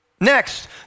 Next